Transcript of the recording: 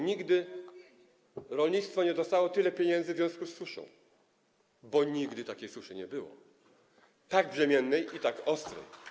Nigdy rolnictwo nie dostało tyle pieniędzy w związku z suszą, bo nigdy takiej suszy nie było, tak brzemiennej i tak ostrej.